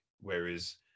whereas